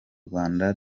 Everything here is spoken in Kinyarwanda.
rwanda